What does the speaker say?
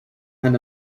pan